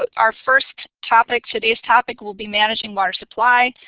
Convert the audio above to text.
our first topic, today's topic will be managing water supply,